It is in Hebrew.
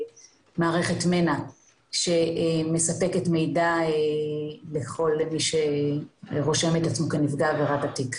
מערכת מנע שמספקת מידע לכל מי שרושם את עצמו כנפגע עבירה בתיק.